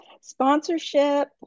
Sponsorship